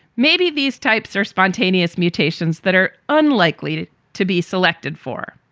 maybe these types are spontaneous mutations that are unlikely to to be selected for.